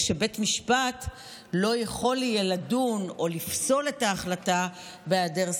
ושבית משפט לא יוכל לדון או לפסול את ההחלטה בהיעדר סבירות.